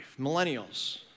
millennials